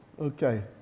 Okay